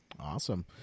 Awesome